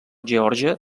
geòrgia